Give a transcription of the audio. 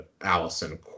Allison